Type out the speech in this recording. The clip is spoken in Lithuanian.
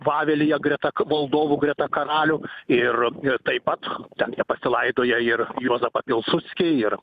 vavelyje greta valdovų greta karalių ir taip pat ten pasilaidoję ir juozapą pilsudskį ir